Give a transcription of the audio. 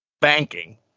banking